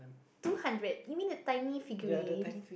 two hundred you mean the tiny figurine